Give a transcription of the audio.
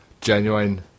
genuine